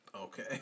Okay